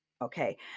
okay